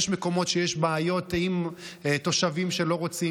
יש מקומות שיש בעיות עם תושבים שלא רוצים,